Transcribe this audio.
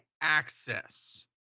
access